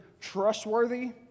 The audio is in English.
trustworthy